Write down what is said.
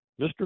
Mr